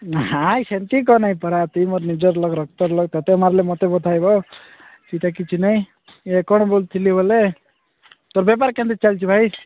ନାହିଁ ସେମିତି କ'ଣ ନାହିଁ ପରାତି ମୋର ନିଜର ଲୋକ ରକ୍ତର ଲୋକ ତତେ ମାରିଲେ ମୋତେ ବତାଇବ ସେଇଟା କିଛି ନାହିଁ ୟେ କ'ଣ ବୁଝୁଥିଲି ବୋଲେ ତୋର ବେପାର କେମିତି ଚାଲିଛି ଭାଇ